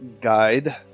guide